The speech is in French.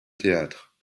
théâtre